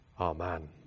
Amen